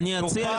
אני אציע,